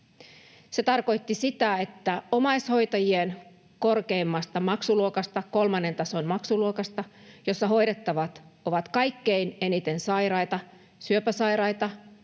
Se tarkoitti sitä, että omaishoitajien korkeimmasta maksuluokasta, kolmannen tason maksuluokasta, jossa hoidettavat ovat kaikkein eniten sairaita, syöpäsairaita,